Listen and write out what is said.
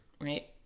Right